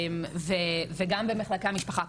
וגם במחלקי המשפחה,